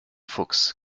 fuchs